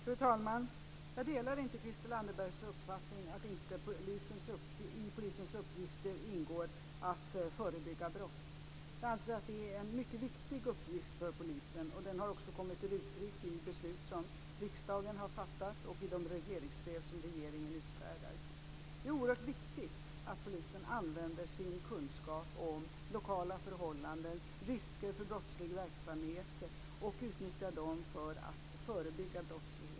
Fru talman! Jag delar inte Christel Anderbergs uppfattning att det inte i polisens uppgifter ingår att förebygga brott. Jag anser att det är en mycket viktig uppgift för polisen, och den har också kommit till uttryck i beslut som riksdagen har fattat och i de regleringsbrev som regeringen utfärdar. Det är oerhört viktigt att polisen använder sin kunskap om lokala förhållanden och risker för brottslig verksamhet och att man utnyttjar den kunskapen för att förebygga brottslighet.